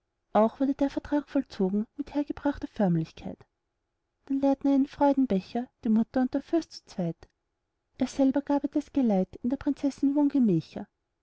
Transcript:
auch wurde der vertrag vollzogen mit hergebrachter förmlichkeit dann leerten einen freudenbecher die mutter und der fürst zuzweit er selber gab ihr das geleit in der prinzessin